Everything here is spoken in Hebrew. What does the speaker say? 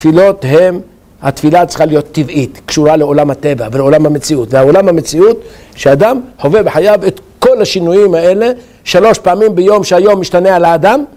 התפילות הן, התפילה צריכה להיות טבעית, קשורה לעולם הטבע ולעולם המציאות. זה העולם המציאות שאדם חווה בחייו את כל השינויים האלה שלוש פעמים ביום שהיום משתנה על האדם.